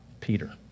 Peter